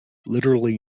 literally